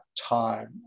time